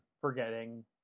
forgetting